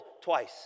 twice